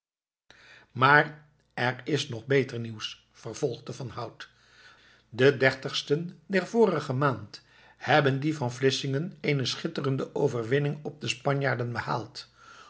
maar er is nog beter nieuws vervolgde van hout den dertigsten der vorige maand hebben die van vlissingen eene schitterende overwinning op de spanjaarden behaald